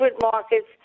markets